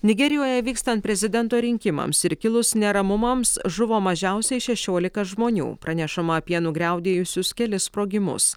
nigerijoje vykstant prezidento rinkimams ir kilus neramumams žuvo mažiausiai šešiolika žmonių pranešama apie nugriaudėjusius kelis sprogimus